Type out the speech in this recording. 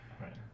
right